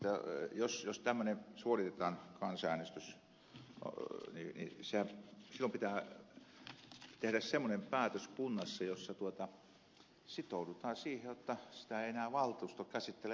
jos tämmöinen kansanäänestys suoritetaan niin silloin pitää tehdä semmoinen päätös kunnassa että sitoudutaan siihen jotta sitä ei enää valtuusto käsittele ollenkaan